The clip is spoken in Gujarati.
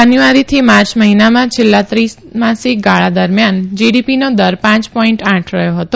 જાન્યુઆરીથી માર્ચ મહિનામાં છેલ્લા ત્રિમાસીક દરમ્યાન જીડી ીનો દર ાંચ ોઈન્ટ આઠ રહ્યો હતો